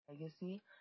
legacy